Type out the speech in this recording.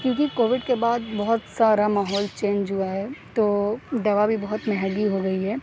کیونکہ کووڈ کے بعد بہت سارا ماحول چینج ہوا ہے تو دوا بھی بہت مہنگی ہو گئی ہے